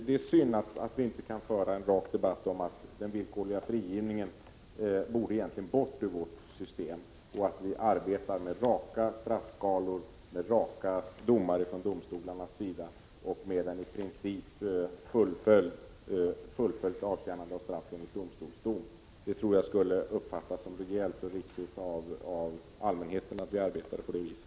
Det är synd att vi inte kan föra en rak debatt om den villkorliga frigivningen, som egentligen borde bort ur vårt system. Vi borde arbeta med raka straffskalor, med raka domar från domstolarna, med ett i princip fullföljt avtjänande av straff enligt domstolsdom. Jag tror att det skulle uppfattas som rejält och riktigt av allmänheten om vi arbetade på det viset.